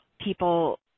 people